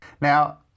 Now